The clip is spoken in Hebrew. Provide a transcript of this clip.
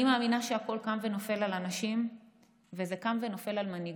אני מאמינה שהכול קם ונופל על אנשים וקם ונופל על מנהיגות.